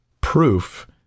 proof